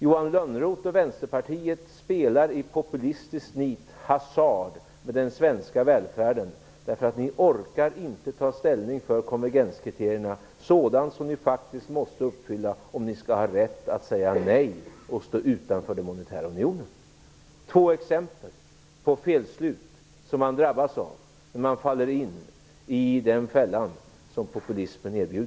Johan Lönnroth och Vänsterpartiet spelar i populistiskt nit hasard med den svenska välfärden, för ni orkar inte ta ställning för konvergenskriterierna, sådant som ni faktiskt måste uppfylla om ni skall ha rätt att säga nej och stå utanför den monetära unionen - två exempel på felslut som man drabbas av när man faller in i den fälla som populismen utgör.